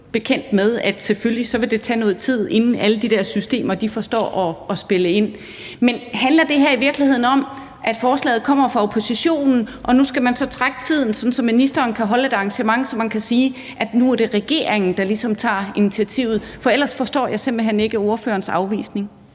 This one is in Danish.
bekendt med, at det selvfølgelig vil tage noget tid, inden alle de der systemer forstår at spille ind. Men handler det her i virkeligheden om, at forslaget kommer fra oppositionen, og nu skal man så trække tiden, sådan at ministeren kan holde et arrangement og sige, at nu er det regeringen, der ligesom tager initiativet? For ellers forstår jeg simpelt hen ikke ordførerens afvisning.